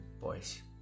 boys